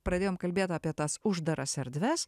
pradėjom kalbėt apie tas uždaras erdves